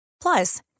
Plus